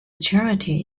charity